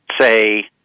say